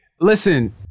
listen